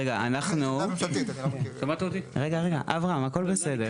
רגע, אנחנו, אברהם הכול בסדר.